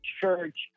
church